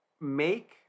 make